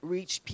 Reach